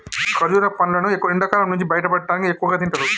ఖర్జుర పండ్లును ఎండకాలం నుంచి బయటపడటానికి ఎక్కువగా తింటారు